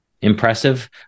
impressive